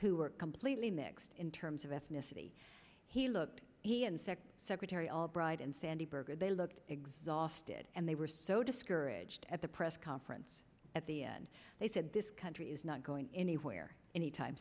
who are completely mixed in terms of ethnicity he looked and said secretary albright and sandy berger they looked exhausted and they were so discouraged at the press conference at the end they said this country is not going anywhere anytime